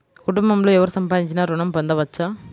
కుటుంబంలో ఎవరు సంపాదించినా ఋణం పొందవచ్చా?